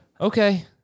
Okay